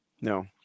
No